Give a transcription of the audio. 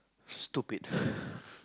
stupid